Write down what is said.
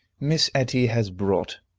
miss etty has brought,